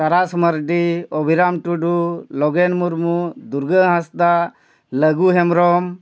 ᱛᱟᱨᱟᱥ ᱢᱟᱨᱰᱤ ᱚᱵᱤᱨᱟᱢ ᱴᱩᱰᱩ ᱞᱚᱜᱮᱱ ᱢᱩᱨᱢᱩ ᱫᱩᱨᱜᱟᱹ ᱦᱟᱸᱥᱫᱟ ᱞᱟᱹᱜᱩ ᱦᱮᱢᱵᱨᱚᱢ